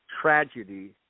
tragedy